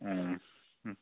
অঁ